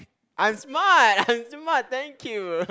I'm smart I'm smart thank you